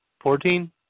Fourteen